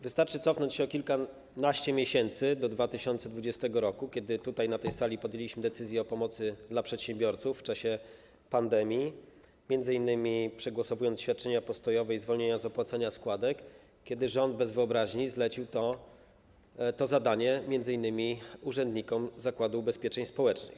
Wystarczy cofnąć się o kilkanaście miesięcy, do 2020 r., kiedy tutaj, na tej sali, podjęliśmy decyzję o pomocy dla przedsiębiorców w czasie pandemii, m.in. przegłosowując świadczenia postojowe i zwolnienia z opłacania składek, i kiedy rząd bez wyobraźni zlecił to zadanie m.in. urzędnikom Zakładu Ubezpieczeń Społecznych.